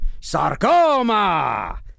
sarcoma